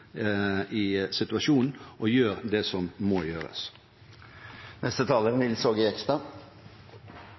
i situasjonen og gjør det som må gjøres.